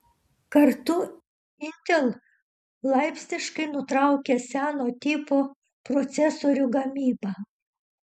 kartu intel laipsniškai nutraukia seno tipo procesorių gamybą